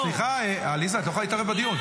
סליחה, עליזה, את לא יכולה להתערב בדיון.